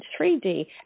3d